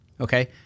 okay